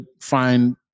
find